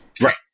Right